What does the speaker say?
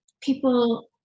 People